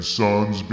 sons